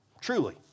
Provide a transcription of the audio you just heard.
Truly